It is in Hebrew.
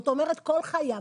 זאת אומרת כל חייו,